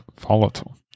volatile